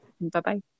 Bye-bye